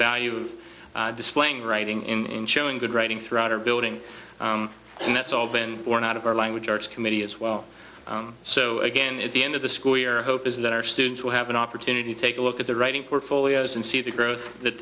value of displaying writing in showing good writing throughout our building and that's all been borne out of our language arts committee as well so again at the end of the school year a hope is that our students will have an opportunity take a look at the writing portfolios and see the growth that